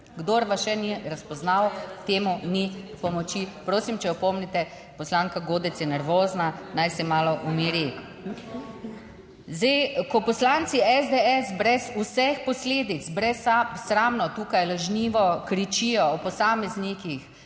Kdor vas še ni razpoznal, temu ni pomoči. Prosim, če opomnite, poslanka Godec je nervozna, naj se malo umiri. Zdaj, ko poslanci SDS brez vseh posledic, brez sramno tukaj lažnivo kričijo o posameznikih